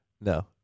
No